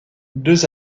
deux